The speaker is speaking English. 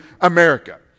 America